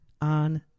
on